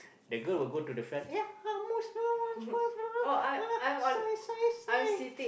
the girl will go the fan ya Muse Muse Muse Muse uh sign sign sign